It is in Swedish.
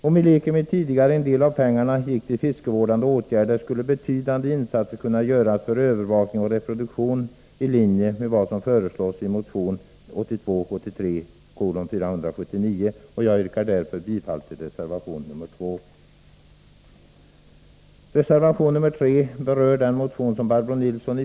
Om i likhet med tidigare en del av pengarna gick till fiskevårdande åtgärder, skulle betydande insatser kunna göras för övervakning och reproduktion i linje med vad som föreslås i motion 1982/83:479.